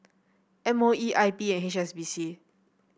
M O E I P and H S B C